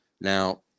Now